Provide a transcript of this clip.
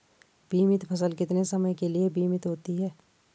बीमित फसल कितने समय के लिए बीमित होती है?